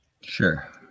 Sure